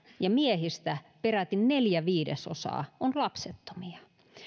ja miehistä peräti neljä viidesosaa on lapsettomia